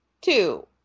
two